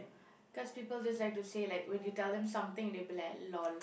because people just like to say like would you tell them something and they'll be like lol